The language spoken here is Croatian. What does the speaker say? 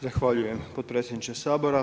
Zahvaljujem potpredsjedniče Sabora.